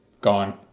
gone